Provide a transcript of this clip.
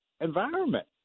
environment